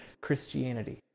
Christianity